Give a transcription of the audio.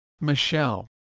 Michelle